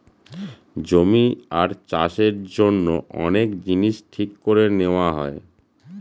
জমি আর চাষের জন্য অনেক জিনিস ঠিক করে নেওয়া হয়